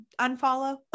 unfollow